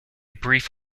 brief